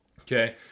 okay